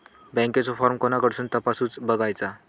बँकेचो फार्म कोणाकडसून तपासूच बगायचा?